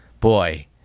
Boy